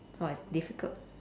!wah! it's difficult